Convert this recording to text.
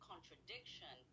contradiction